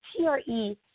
TRE